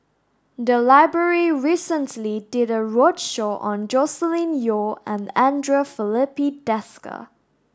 the library recently did a roadshow on Joscelin Yeo and Andre Filipe Desker